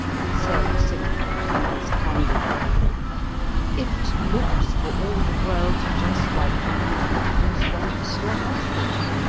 he said simply, in his candid way it looks for all the world just like the man who was once your husband!